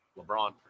LeBron